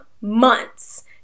months